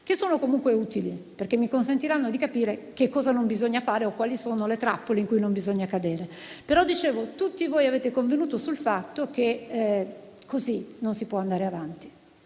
una valutazione utile, perché mi consentirà di capire che cosa non bisogna fare o quali sono le trappole in cui non bisogna cadere. Tutti voi, comunque, avete convenuto sul fatto che così non si può andare avanti.